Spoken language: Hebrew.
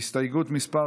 הסתייגות מס'